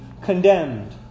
condemned